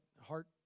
Heart